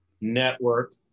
network